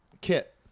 Kit